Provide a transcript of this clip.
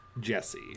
Jesse